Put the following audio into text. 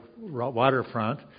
waterfront